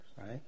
right